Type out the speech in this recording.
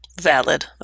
valid